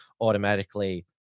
automatically